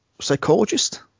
psychologist